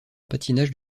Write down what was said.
patinage